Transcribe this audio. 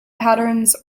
patterns